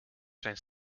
zijn